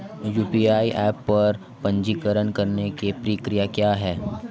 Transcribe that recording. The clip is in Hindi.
यू.पी.आई ऐप पर पंजीकरण करने की प्रक्रिया क्या है?